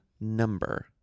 number